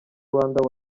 rwanda